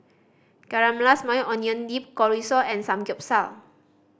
Caramelized Maui Onion Dip Chorizo and Samgeyopsal